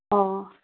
ꯑꯣ